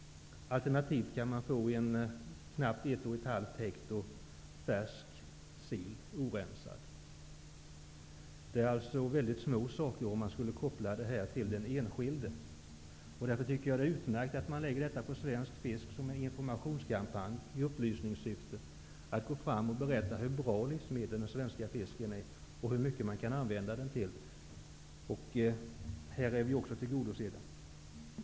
Alternativt kan man få knappt 1,5 hekto färsk orensad sill. Det är fråga om en mycket liten utgift för den enskilde. Därför tycker jag att det är utmärkt att överföra medel till Svensk Fisk att användas till en informationskampanj, där man berättar om vilket bra livsmedel den svenska fisken är och hur mycket den kan användas till. Här är vi motionärer också tillgodosedda.